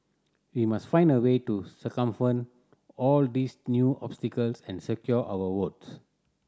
we must find a way to circumvent all these new obstacles and secure our votes